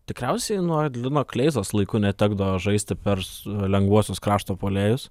tikriausiai nuo lino kleizos laikų netekdavo žaisti pers lengvuosius krašto puolėjus